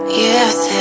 Yes